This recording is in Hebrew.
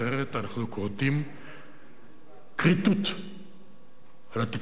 אחרת אנחנו כורתים כריתות לתקשורת,